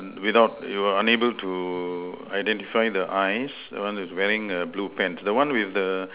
without we were unable to identify the eyes the one that's wearing err blue pants the one with the